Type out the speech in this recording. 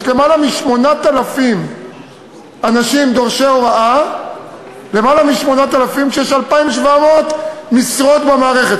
יש למעלה מ-8,000 אנשים דורשי הוראה כשיש 2,700 משרות במערכת,